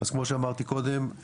אז כמו שאמרתי קודם,